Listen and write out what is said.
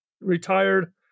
retired